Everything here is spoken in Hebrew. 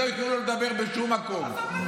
שלא ייתנו לו לדבר בשום מקום.